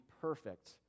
perfect